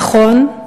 נכון,